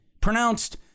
Pronounced